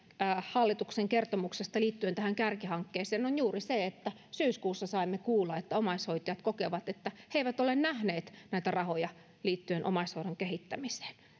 hallituksen kertomuksesta liittyen tähän kärkihankkeeseen on juuri se että syyskuussa saimme kuulla että omaishoitajat kokevat että he eivät ole nähneet näitä rahoja liittyen omaishoidon kehittämiseen